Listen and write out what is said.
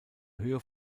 höhe